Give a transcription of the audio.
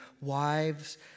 wives